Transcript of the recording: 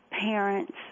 parents